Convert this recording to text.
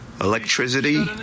electricity